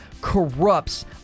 corrupts